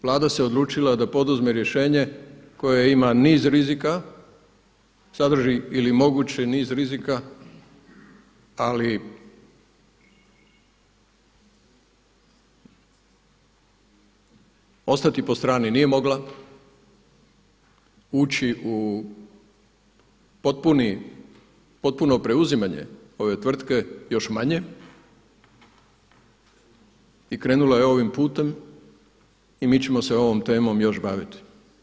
Vlada se odlučila da poduzme rješenje koje ima niz rizika, sadrži ili moguće niz rizika ali ostati po strani nije mogla, ući u potpuno preuzimanje ove tvrtke još manje i krenula je ovim putem i mi ćemo se ovom temom još baviti.